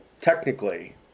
Technically